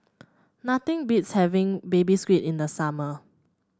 nothing beats having Baby Squid in the summer